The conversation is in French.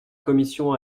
commission